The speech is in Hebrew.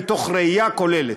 מתוך ראייה כוללת.